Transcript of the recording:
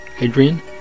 Adrian